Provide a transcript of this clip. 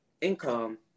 income